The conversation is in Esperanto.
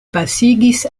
pasigis